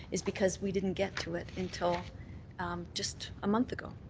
is because we didn't get to it until just a month ago.